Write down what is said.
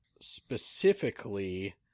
specifically